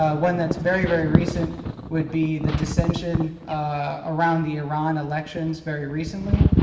ah one that's very, very recent would be the dissension around the iran elections very recently.